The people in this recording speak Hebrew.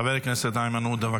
חבר הכנסת איימן עודה,